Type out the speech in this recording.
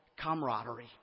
camaraderie